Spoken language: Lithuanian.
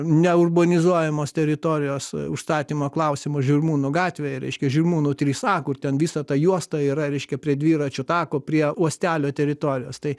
neurbanizuojamos teritorijos užstatymo klausimą žirmūnų gatvėje reiškia žirmūnų trys a kur ten visa ta juosta yra reiškia prie dviračių tako prie uostelio teritorijos tai